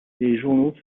journaux